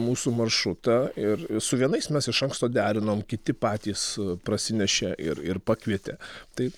mūsų maršrutą ir su vienais mes iš anksto derinom kiti patys prasinešė ir ir pakvietė tai